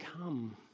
come